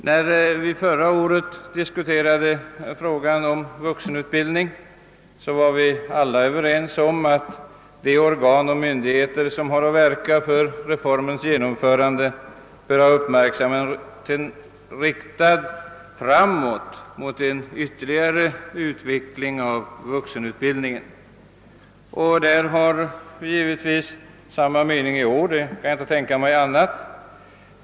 När vi förra året diskuterade frågan om vuxenutbildning var vi alla överens om att de organ och myndigheter som har att verka för reformens genomförande bör ha uppmärksamheten riktad framåt mot en ytterligare utveckling av vuxenutbildningen. Jag kan inte tänka mig annat än att vi har samma mening i år.